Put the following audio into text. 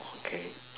okay